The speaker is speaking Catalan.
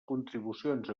contribucions